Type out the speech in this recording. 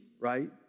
right